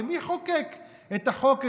הרי מי חוקק את החוק?